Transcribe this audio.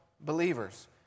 believers